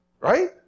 Right